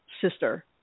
sister